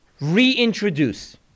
reintroduce